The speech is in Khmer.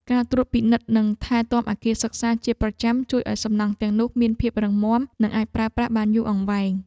ការត្រួតពិនិត្យនិងថែទាំអគារសិក្សាជាប្រចាំជួយឱ្យសំណង់ទាំងនោះមានភាពរឹងមាំ និងអាចប្រើប្រាស់បានយូរអង្វែង។